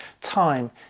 time